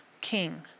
king